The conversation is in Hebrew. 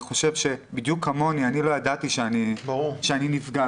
בדיוק כמוני, אני לא ידעתי שאני נפגע.